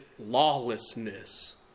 lawlessness